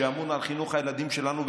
שאמון על חינוך הילדים שלנו,